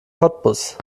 cottbus